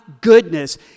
goodness